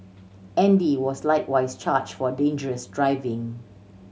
Andy was likewise charged for dangerous driving